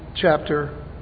Chapter